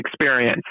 experience